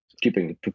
keeping